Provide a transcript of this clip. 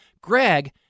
Greg